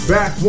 Back